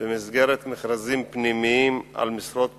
במסגרת מכרזים פנימיים על משרות פנויות,